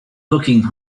booking